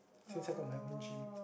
since I got my own gym